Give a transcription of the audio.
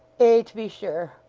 ay, to be sure.